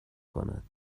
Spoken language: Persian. کند